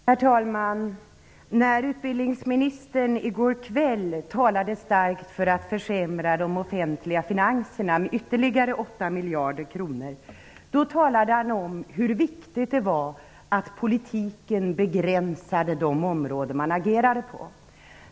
Herr talman! När utbildningsministern i går kväll starkt pläderade för att försämra de offentliga finanserna med ytterligare 8 miljarder kronor talade han om hur viktigt det är att vi inom politiken begränsar de områden vi agerar på.